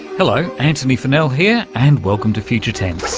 hello, antony funnell here, and welcome to future tense.